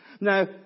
Now